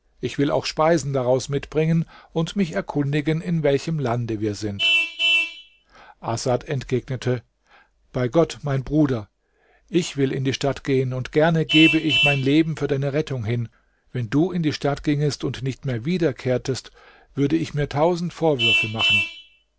ich will auch speisen daraus mitbringen und mich erkundigen in welchem lande wir sind asad entgegnete bei gott mein bruder ich will in die stadt gehen und gerne gebe ich mein leben für deine rettung hin wenn du in die stadt gingest und nicht mehr wiederkehrtest würde ich mir tausend vorwürfe machen